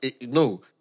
no